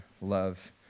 love